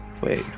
Wait